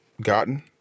gotten